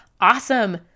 awesome